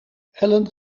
ellen